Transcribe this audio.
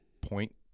point